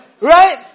right